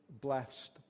blessed